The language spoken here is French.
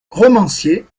romancier